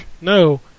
No